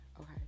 okay